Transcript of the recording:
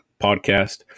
podcast